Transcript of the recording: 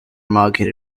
market